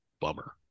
bummer